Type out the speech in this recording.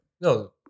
No